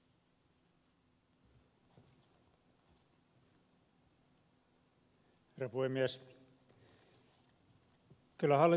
kyllä hallitus yrittää